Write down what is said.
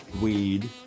Weed